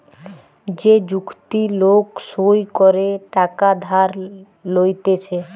যে চুক্তি লোক সই করে টাকা ধার লইতেছে